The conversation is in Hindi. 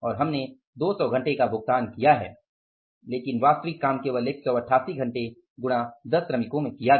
और हमने 200 घंटे का भुगतान किया है लेकिन वास्तविक काम केवल 188 घंटे गुणा 10 श्रमिकों में किया गया